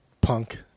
punk